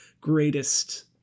greatest